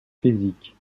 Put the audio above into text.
physiques